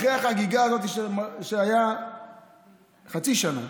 אחרי החגיגה, שהייתה חצי שנה,